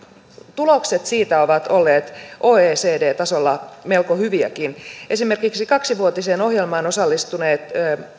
tulokset siitä ovat olleet oecd tasolla melko hyviäkin esimerkiksi kaksivuotiseen ohjelmaan osallistuneista